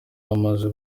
bamaze